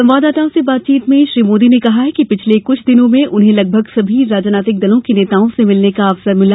संवाददाताओं से बातचीत में श्री मोदी ने कहा कि पिछले कुछ दिनों में उन्हें लगभग सभी राजनीतिक दलों के नेताओं से मिलने का अवसर भिला